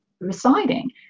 residing